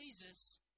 Jesus